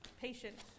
patient